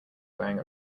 wearing